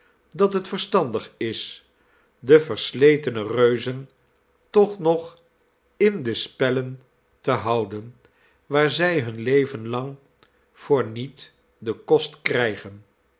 dat het verstandig is de versletene reuzen toch nog in de spellen te houden waar zij hun leven lang voorniet den kost krijgen